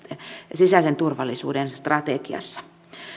sisäisen turvallisuuden strategiassa